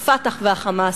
ה"פתח" וה"חמאס"